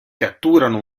catturano